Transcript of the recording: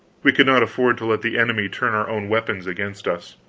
we could not afford to let the enemy turn our own weapons against us.